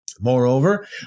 Moreover